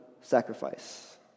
sacrifice